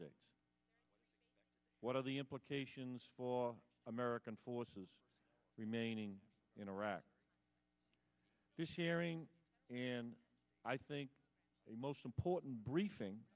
s what are the implications for american forces remaining in iraq the sharing and i think the most important briefing